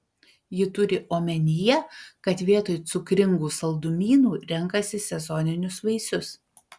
ji turi omenyje kad vietoj cukringų saldumynų renkasi sezoninius vaisius